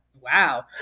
Wow